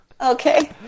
Okay